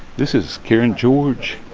this is karen george.